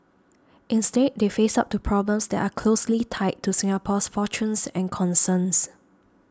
instead they face up to problems that are closely tied to Singapore's fortunes and concerns